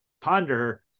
ponder